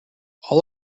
all